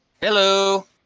Hello